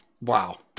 Wow